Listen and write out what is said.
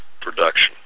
production